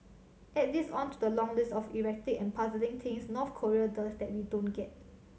add this on to the long list of erratic and puzzling things North Korea does that we don't get